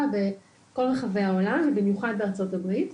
בכל רחבי העולם ובמיוחד בארצות הברית.